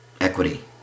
equity